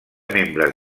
membres